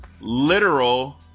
literal